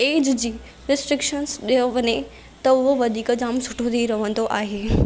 age जी restrictions ॾियो वञे त उहो वधीक जाम सुठो थी रहंदो आहे